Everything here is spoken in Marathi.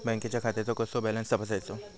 बँकेच्या खात्याचो कसो बॅलन्स तपासायचो?